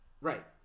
Right